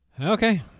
Okay